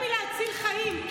זה יותר מלהציל חיים,